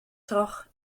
troch